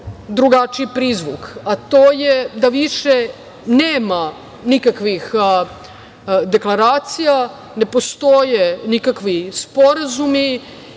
drugačiji prizvuk, a to je da više nema nikakvih deklaracija, ne postoje nikakvi sporazumi,